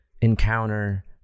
encounter